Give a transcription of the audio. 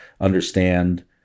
understand